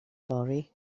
fory